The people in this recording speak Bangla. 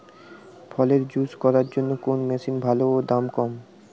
ফলের জুস করার জন্য কোন মেশিন ভালো ও দাম কম?